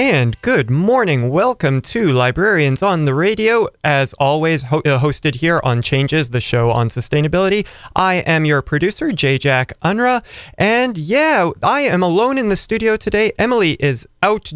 and good morning welcome to librarians on the radio as always hosted here on changes the show on sustainability i am your producer jack undera and yeah i am alone in the studio today emily is out